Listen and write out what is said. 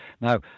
now